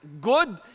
good